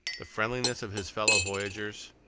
the friendliness of his fellow voyagers,